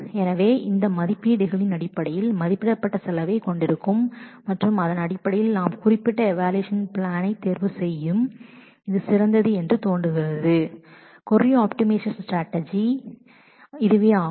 எனவே இந்த மதிப்பீடுகளின் அடிப்படையில் மதிப்பிடப்பட்ட செலவைக் கொண்டிருக்கும் மற்றும் அதன் அடிப்படையில் நாம் குறிப்பிட்ட ஈவாலுவெஷன் பிளானை தேர்வு செய்யலாம் இது சிறந்த மற்றும் புதிரான கொரி ஆப்டிமைசேஷன் ஸ்ட்ராட்டஜி என்று தோன்றுகிறது